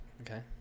Okay